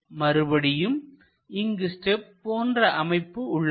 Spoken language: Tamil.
மறுபடியும் இங்கு ஸ்டெப் போன்ற அமைப்பு உள்ளது